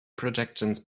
projections